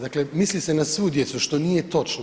Dakle, misli se sna svu djecu što nije točno.